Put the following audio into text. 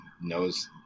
knows